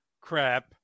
crap